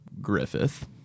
Griffith